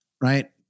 Right